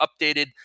updated